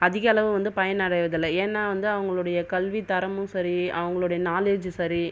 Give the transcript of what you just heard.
அதிக அளவு வந்து பயன் அடைவதில்லை ஏன்னால் வந்து அவங்களுடைய கல்வி தரமும் சரி அவங்களுடைய நாலேஜ் சரி